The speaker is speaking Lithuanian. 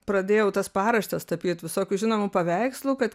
pradėjau tas paraštes tapyt visokių žinomų paveikslų kad